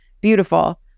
beautiful